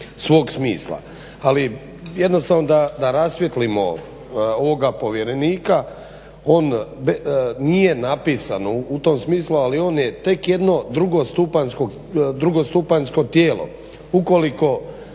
svog smisla. Ali jednostavno da rasvijetlimo ovoga povjerenika, on nije napisano u tom smislu ali on je tek jedno drugostupanjsko tijelo. Ukoliko